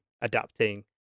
adapting